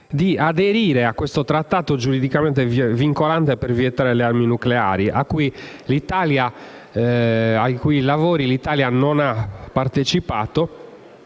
di aderire a questo Trattato giuridicamente vincolante per vietare le armi nucleari, ai cui lavori l'Italia non ha partecipato,